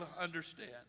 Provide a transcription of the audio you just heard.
understand